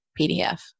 PDF